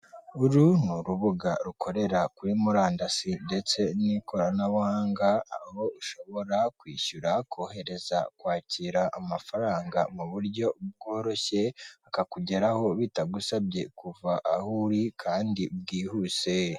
Uru ni urubuga rukorera kuri murandasi ndetse n'ikoranabuhanga, aho ushobora kwishyura, kohereza, kwakira amafaranga mu buryo bworoshye, akakugeraho bitagusabye kuva aho uri kandi bwihuse.